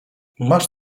masz